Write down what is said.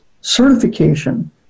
certification